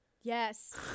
Yes